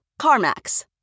CarMax